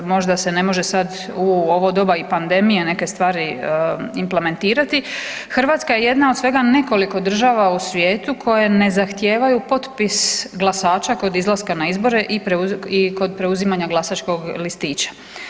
Možda se ne može sad u ovo doba pandemije neke stvari implementirati, Hrvatska je jedna od svega nekoliko država u svijetu koje ne zahtijevaju potpis glasača kod izlaska na izbore i kod preuzimanja glasačkog listića.